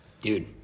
dude